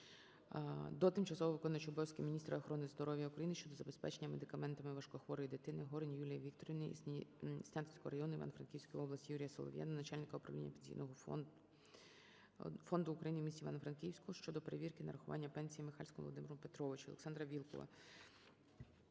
до тимчасово виконуючої обов'язки міністра охорони здоров'я України щодо забезпечення медикаментами важкохворої дитини Горинь Юлії Вікторівни із Снятинського району Івано-Франківської області. Юрія Солов'я до Начальника Управління Пенсійний фонд України в місті Івано-Франківську щодо перевірки нарахування пенсії Михалиську Володимиру Петровичу. ОлександраВілкула